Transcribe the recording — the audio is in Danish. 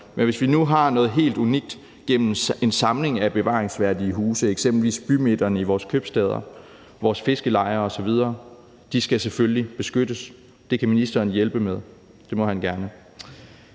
men hvis vi nu har noget helt unikt gennem en samling af bevaringsværdige huse, eksempelvis bymidterne i vores købstæder, vores fiskerlejer osv., skal de selvfølgelig beskyttes, og det kan ministeren hjælpe med, det må han gerne.